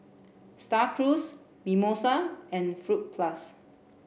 Star Cruise Mimosa and Fruit Plus